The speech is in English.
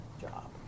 job